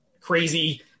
crazy